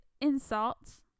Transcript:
Insults